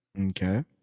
Okay